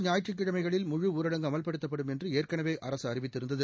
ஞாயிற்றுக்கிழமைகளில் முழு ஊரடங்கு அமல்படுத்தப்படும் என்று ஏற்கனவே அரசு அறிவித்திருந்தது